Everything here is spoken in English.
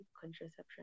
contraception